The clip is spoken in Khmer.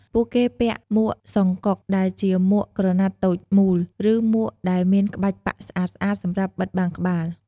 ពួកគេពាក់ មួកសុងកុក (songkok) ដែលជាមួកក្រណាត់តូចមូល ឬមួកដែលមានក្បាច់ប៉ាក់ស្អាតៗសម្រាប់បិទបាំងក្បាល។